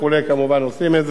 כמובן עושים את זה.